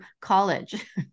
college